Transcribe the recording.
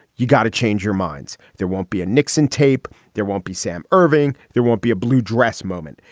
you got to change your minds. there won't be a nixon tape. there won't be sam irving. there won't be a blue dress moment.